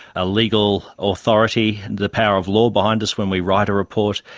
ah legal authority, the power of law behind us when we write a report,